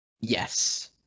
Yes